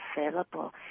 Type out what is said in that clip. available